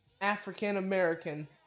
african-american